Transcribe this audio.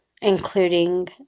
including